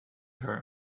her